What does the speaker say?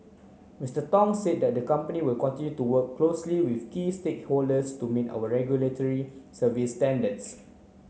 Mr Tong said the company will to work closely with key stakeholders to meet regulatory service standards